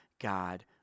God